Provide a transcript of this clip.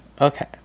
Okay